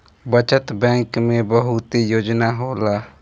बचत बैंक में बहुते योजना होला